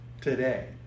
today